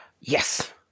Yes